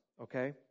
okay